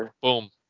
Boom